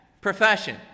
profession